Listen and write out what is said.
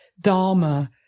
Dharma